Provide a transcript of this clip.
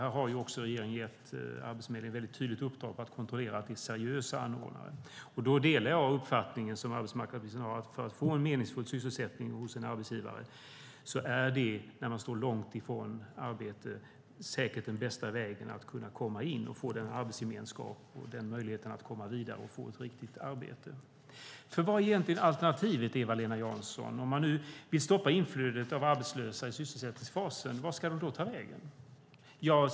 Här har också regeringen gett Arbetsförmedlingen ett väldigt tydligt uppdrag att kontrollera att det är seriösa anordnare. Jag delar arbetsmarknadsministerns uppfattning att för att få en meningsfull sysselsättning hos en arbetsgivare så är det, när man står långt ifrån arbete, säkert den bästa vägen att komma in och få den arbetsgemenskap och den möjligheten att komma vidare och få ett riktigt arbete. För vad är egentligen alternativet, Eva-Lena Jansson? Om man nu vill stoppa inflödet av arbetslösa i sysselsättningsfasen, vart ska de då ta vägen?